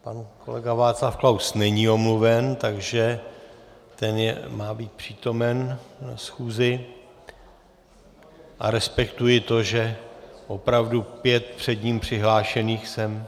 Pan kolega Václav Klaus není omluven, takže ten má být přítomen na schůzi a respektuji to, že opravdu pět před ním přihlášených jsem...